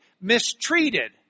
mistreated